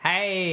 Hey